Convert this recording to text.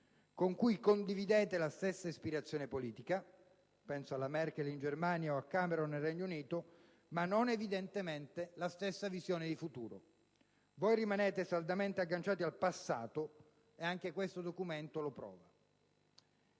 con cui condividete la stessa ispirazione politica - penso alla cancelliera Merkel in Germania o al primo ministro Cameron nel Regno Unito - ma non evidentemente la stessa visone di futuro. Voi rimanete saldamente agganciati al passato e anche questo documento lo prova.